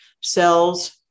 cells